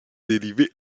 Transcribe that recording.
dérivées